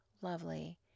lovely